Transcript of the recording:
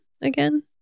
again